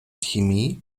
chemie